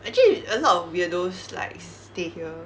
actually a lot of weirdos like stay here